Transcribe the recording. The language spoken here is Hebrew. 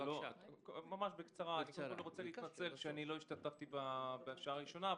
אני מתנצל שלא השתתפתי בשעה הראשונה,